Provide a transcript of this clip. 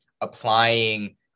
applying